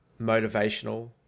motivational